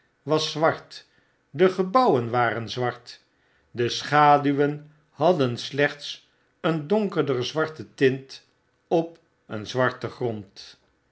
was zwart de gebouwen waren zwart de schaduwen hadden slechtseen donkerder zwarte tint op een zwarten grond